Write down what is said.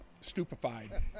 stupefied